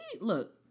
Look